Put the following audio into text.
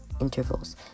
intervals